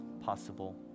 possible